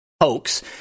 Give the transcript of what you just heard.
hoax